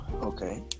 Okay